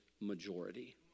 majority